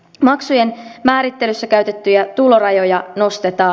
maksujen määrittelyssä käytettyjä tulorajoja nostetaan